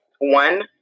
one